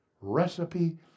Recipe